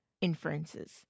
inferences